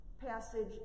passage